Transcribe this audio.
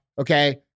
Okay